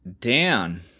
Dan